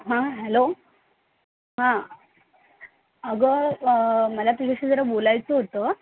हां हॅलो हां अगं मला तुझ्याशी जरा बोलायचं होतं